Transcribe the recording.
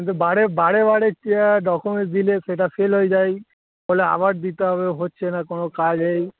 কিন্তু বাড়ে বড়ে বাড়ে ডকুমেন্ট দিলে সেটা ফেল হয়ে যায় ফলে আবার দিতে হবে হচ্ছে না কোনো কাজ এইই